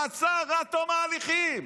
מעצר עד תום ההליכים,